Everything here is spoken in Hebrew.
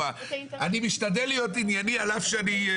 אני משתדל להיות ענייני על אף שאני באופוזיציה.